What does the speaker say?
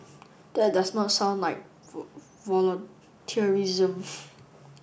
that does not sound like volunteerism